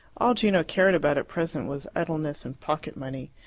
all gino cared about at present was idleness and pocket-money,